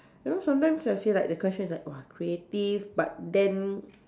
you know sometimes I feel like the question is like !wah! creative but then